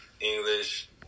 English